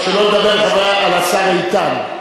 שלא לדבר על השר איתן.